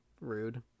rude